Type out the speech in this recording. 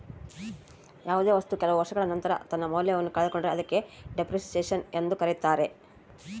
ಯಾವುದೇ ವಸ್ತು ಕೆಲವು ವರ್ಷಗಳ ನಂತರ ತನ್ನ ಮೌಲ್ಯವನ್ನು ಕಳೆದುಕೊಂಡರೆ ಅದಕ್ಕೆ ಡೆಪ್ರಿಸಸೇಷನ್ ಎಂದು ಕರೆಯುತ್ತಾರೆ